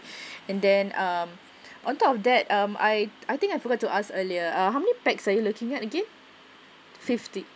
and then um on top of that um I I think I forgot to ask you earlier uh how many packs are you looking at again fifty